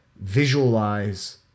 visualize